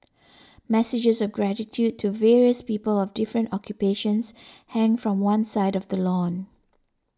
messages of gratitude to various people of different occupations hang from one side of the lawn